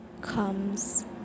comes